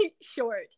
short